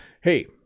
Hey